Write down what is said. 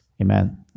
Amen